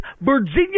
Virginia